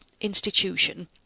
institution